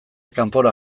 kanpora